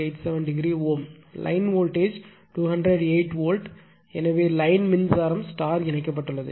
87 o Ω line voltage 208 volt எனவே line மின்சாரம் star இணைக்கப்பட்டுள்ளது